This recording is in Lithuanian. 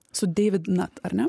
su deivid nat ar ne